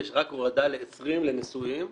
יש רק הורדה ל-20 לנשואים,